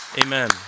Amen